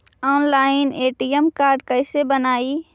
Online ATM card कैसे बनाई?